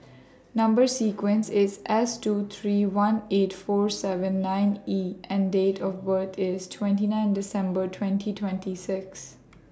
Number sequence IS S two three one eight four seven nine E and Date of birth IS twenty nine December twenty twenty six